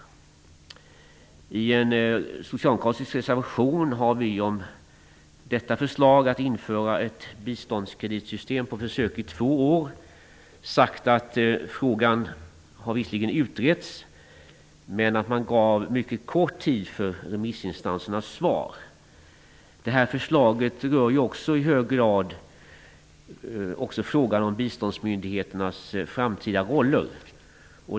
När det gäller det här förslaget att införa ett biståndskreditsystem på försök i två år, har vi i en socialdemokratisk motion sagt att frågan visserligen har utretts men att remissinstanserna inte fick särskilt lång tid på sig att svara. Detta förslag berör också i hög grad frågan om biståndsmyndigheternas framtida roller.